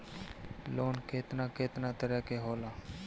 Loan केतना केतना तरह के होला?